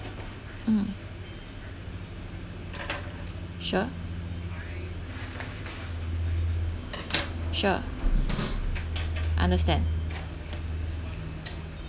mm sure sure understand